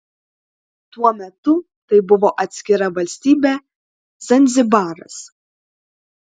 tuo metu tai buvo atskira valstybė zanzibaras